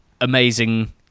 amazing